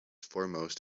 foremost